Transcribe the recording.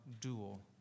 dual